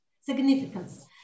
significance